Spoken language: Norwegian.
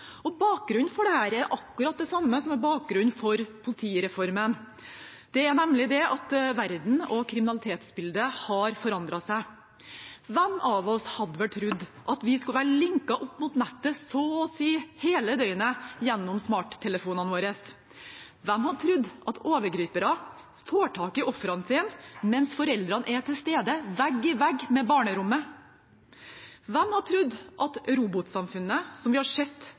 Bakgrunnen for dette er akkurat det samme som bakgrunnen for politireformen, nemlig at verden og kriminalitetsbildet har forandret seg. Hvem av oss hadde vel trodd at vi skulle være linket opp mot nettet så å si hele døgnet gjennom smarttelefonene våre? Hvem hadde trodd at overgripere får tak i ofrene sine mens foreldrene er til stede, vegg i vegg med barnerommet? Hvem hadde trodd at robotsamfunnet, som vi har sett